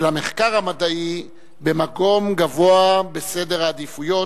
המחקר המדעי במקום גבוה בסדר העדיפויות,